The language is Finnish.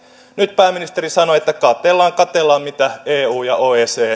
nyt pääministeri sanoi että katellaan katellaan mitä eu ja oecd